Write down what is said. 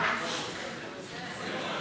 נא